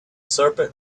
serpent